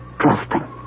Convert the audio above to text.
Trusting